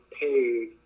paid